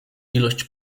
ilość